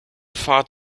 fahrt